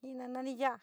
ji nanani ya´a.